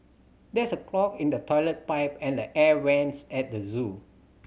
there is a clog in the toilet pipe and the air vents at the zoo